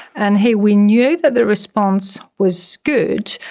and here we knew that the response was good,